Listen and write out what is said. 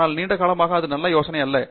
ஆனால் நீண்ட காலமாக இது நல்ல யோசனை அல்ல